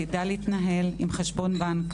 תדע להתנהל עם חשבון בנק,